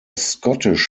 scottish